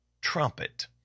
trumpet